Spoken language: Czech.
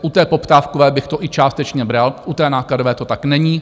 U té poptávkové bych to i částečně bral, u té nákladové to tak není.